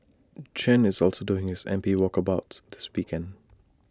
Chen is also doing his M P walkabouts this weekend